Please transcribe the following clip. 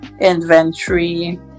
inventory